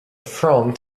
front